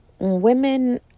Women